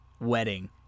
wedding